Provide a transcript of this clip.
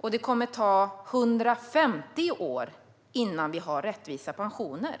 och 150 år innan vi har rättvisa pensioner.